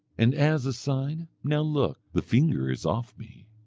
and as a sign now look, the finger is off me.